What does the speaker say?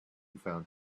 found